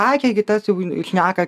ai čia gi tas jau šneka